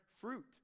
fruit